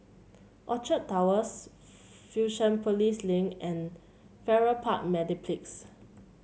Orchard Towers Fusionopolis Link and Farrer Park Mediplex